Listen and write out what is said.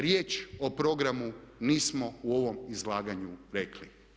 Riječ o programu nismo u ovom izlaganju rekli.